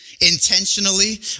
intentionally